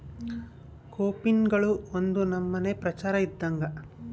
ಕೋಪಿನ್ಗಳು ಒಂದು ನಮನೆ ಪ್ರಚಾರ ಇದ್ದಂಗ